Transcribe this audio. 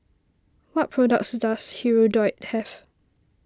what products does Hirudoid have